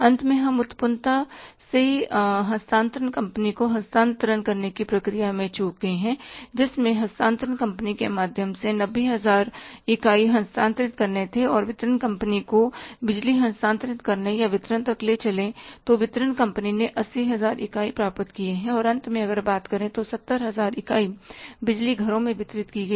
अंत में हम उत्पन्नता से हस्तांतरण कंपनी को हस्तांतरण करने की प्रक्रिया में चूक गए जिसमें हस्तांतरण कंपनी के माध्यम से 90 हजार इकाई हस्तांतरित करने थे और वितरण कंपनी को बिजली हस्तांतरित करने या वितरण तक ले के चले तो वितरण कंपनी ने 80 हजार इकाई प्राप्त किए हैं और अंत में अगर बात करें तो 70000 इकाई बिजली घरों में वितरित की गई